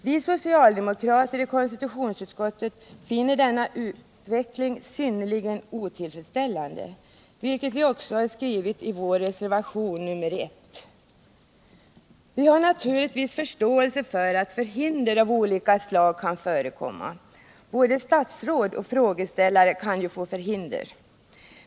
Vi socialdemokrater i konstitutionsutskottet finner denna utveckling synnerligen otillfredsställande, vilket vi också skriver i vår reservation nr 1 Vi har naturligtvis förståelse för att förhinder av olika slag kan förekomma. Både statsråd och frågeställare kan få förhinder.